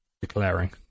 declaring